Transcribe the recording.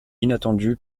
inattendue